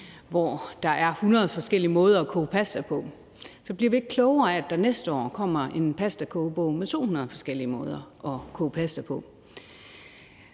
hvori der er 100 forskellige måder at koge pasta på, bliver vi ikke klogere af, at der næste år kommer en pastakogebog med 200 forskellige måder at koge pasta på.